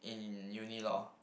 in uni loh